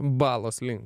balos link